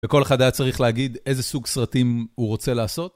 וכל אחד היה צריך להגיד איזה סוג סרטים הוא רוצה לעשות.